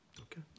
Okay